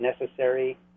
necessary